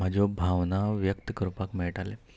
म्हज्यो भावना व्यक्त करपाक मेळटालें